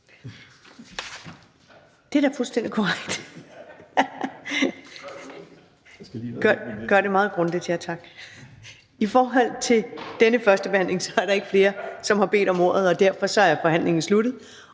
det er da fuldstændig korrekt! Hvad angår denne førstebehandling, er der ikke flere, som har bedt om ordet, og derfor er forhandlingen sluttet.